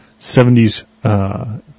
70s